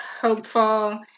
hopeful